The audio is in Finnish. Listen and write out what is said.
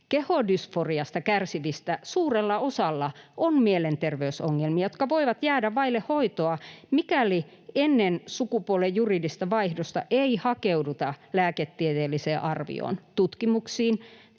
Kehodysforiasta kärsivistä suurella osalla on mielenterveysongelmia, jotka voivat jäädä vaille hoitoa, mikäli ennen sukupuolen juridista vaihdosta ei hakeuduta lääketieteelliseen arvioon, tutkimuksiin